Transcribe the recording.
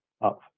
up